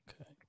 Okay